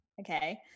okay